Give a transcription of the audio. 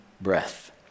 breath